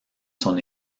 son